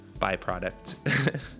byproduct